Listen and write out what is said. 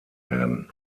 werden